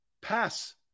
pass